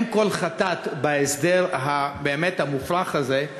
אם כל חטאת בהסדר המופרך באמת הזה,